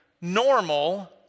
normal